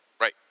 Right